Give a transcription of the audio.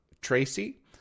Tracy